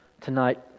tonight